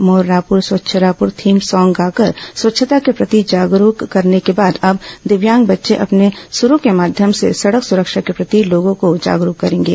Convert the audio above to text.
मोर रायपुर स्वच्छ Raipur theme song गाकर स्वच्छता के प्रति जागरूक करने के बाद अब दिव्यांग बच्चे अपने सुरो के माध्यम से सडक सुरक्षा के प्रति लोगों को जागरूक करेंगे